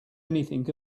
anything